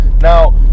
Now